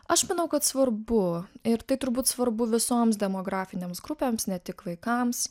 aš manau kad svarbu ir tai turbūt svarbu visoms demografinėms grupėms ne tik vaikams